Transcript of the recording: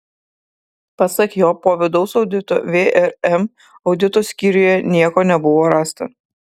pasak jo po vidaus audito vrm audito skyriuje nieko nebuvo rasta